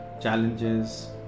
challenges